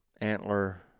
antler